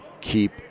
keep